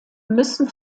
müssen